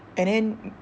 and then